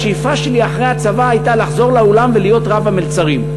השאיפה שלי אחרי הצבא הייתה לחזור לאולם ולהיות רב-המלצרים,